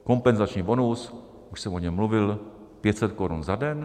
Kompenzační bonus, už jsem o něm mluvil, 500 korun za den.